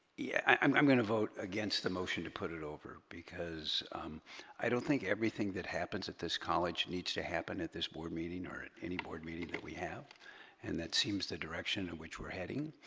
yeah i'm gonna vote against the motion to put it over because i don't think everything that happens at this college needs to happen at this board meeting or any board meeting that we have and that seems the direction in which we're heading